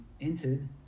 entered